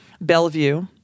Bellevue